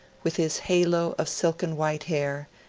with his halo of silken white hair,